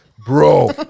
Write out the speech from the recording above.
Bro